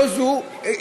תודה.